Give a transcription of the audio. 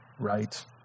right